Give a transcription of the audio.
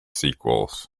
sequels